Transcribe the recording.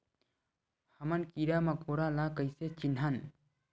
हमन कीरा मकोरा ला कइसे चिन्हन?